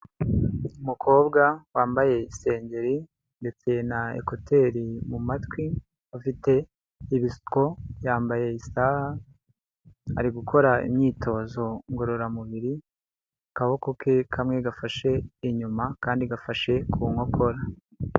Umukobwa wambaye isengeri ndetse n'ekuteri mu matwi, afite ibisuko, yambaye isaha ari gukora imyitozo ngororamubiri, akaboko ke kamwe gafashe inyuma akandi gafashe ku nkokora.